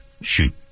Shoot